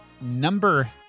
number